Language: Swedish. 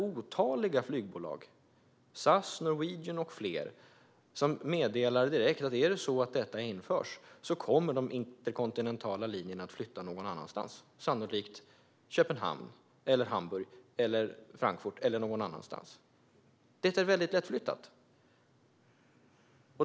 Otaliga flygbolag - SAS, Norwegian och flera - meddelade direkt att om flygskatten införs kommer de interkontinentala linjerna att flyttas, sannolikt till Köpenhamn, Hamburg, Frankfurt eller någon annanstans. Det är väldigt lättflyttat.